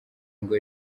ngo